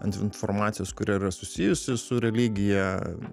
informacijos kuri yra susijusi su religija